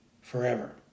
forever